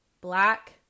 Black